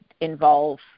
involve